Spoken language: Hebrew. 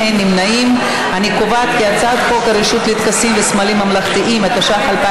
אני רוצה גם לומר שלום לנשים היקרות שצופות בנו עכשיו,